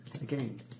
Again